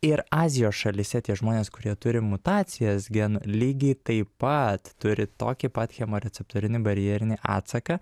ir azijos šalyse tie žmonės kurie turi mutacijas genų lygiai taip pat turi tokį pat chemoreceptorinį barjerinį atsaką